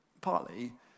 partly